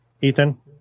Ethan